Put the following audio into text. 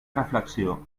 reflexió